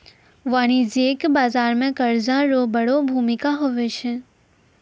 वाणिज्यिक बाजार मे कर्जा रो बड़ो भूमिका हुवै छै